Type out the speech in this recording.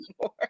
more